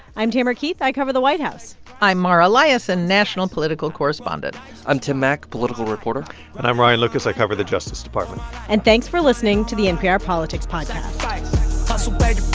i'm tamara keith. i cover the white house i'm mara liasson, national political correspondent i'm tim mak, political reporter and i'm ryan lucas. i cover the justice department and thanks for listening to the npr politics podcast sacrificed, hustled,